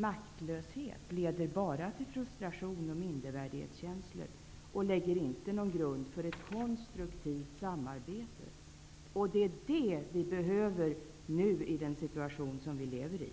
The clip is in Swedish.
Maktlöshet leder bara till frustration och mindervärdighetskänslor och lägger inte grunden för ett konstruktivt samarbete. Det är det som vi behöver nu, i den situation som vi lever i.